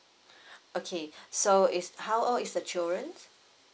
okay so is how old is the children